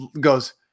goes